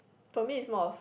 for me is more of